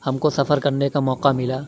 ہم کو سفر کرنے کا موقع ملا